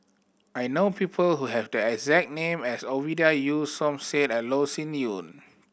I know people who have the exact name as Ovidia Yu Som Said and Loh Sin Yun